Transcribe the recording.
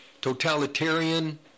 Totalitarian